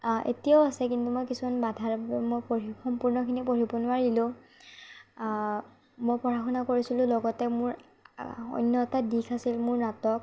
এতিয়াও আছে কিন্তু মই কিছুমান বাধাৰ বাবে মই পঢ়িব সম্পূৰ্ণখিনি পঢ়িব নোৱাৰিলো মই পঢ়া শুনা কৰিছিলো লগতে মোৰ অন্য এটা দিশ আছিল মোৰ নাটক